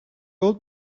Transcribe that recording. old